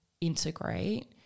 integrate